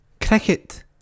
Cricket